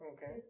Okay